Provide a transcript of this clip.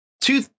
two